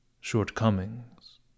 shortcomings